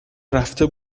رفته